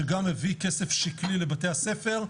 שגם הביא כסף שקלי לבתי הספר,